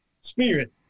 spirit